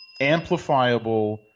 Amplifiable